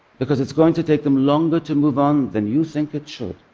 because it's going to take them longer to move on than you think it should.